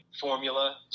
formula